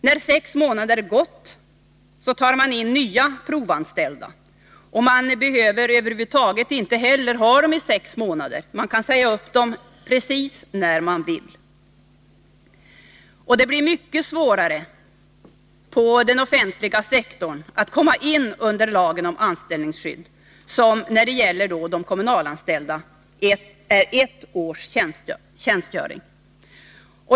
När sex månader gått, tar man in nya provanställda. Man behöver över huvud taget inte heller ha dem i sex månader, utan man kan säga upp dem precis när man vill. De blir mycket svårare på den offentliga sektorn att komma in under lagen om anställningsskydd. För kommunalanställda gäller ett års tjänstgöring.